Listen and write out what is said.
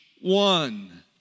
one